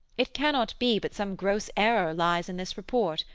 it cannot be but some gross error lies in this report,